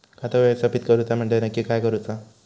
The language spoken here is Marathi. खाता व्यवस्थापित करूचा म्हणजे नक्की काय करूचा?